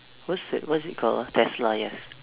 what's that what's it call ah tesla yes